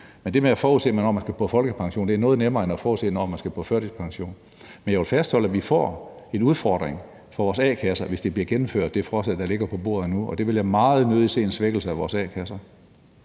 Men det at forudse, hvornår man skal have folkepension, er noget nemmere, end det er at forudse, hvornår man skal på førtidspension. Men jeg vil fastholde, at vi får en udfordring for vores a-kasser, hvis det forslag, der ligger på bordet nu, bliver gennemført, og jeg vil meget nødig se en svækkelse af vores a-kasser.